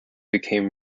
became